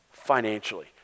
Financially